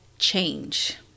change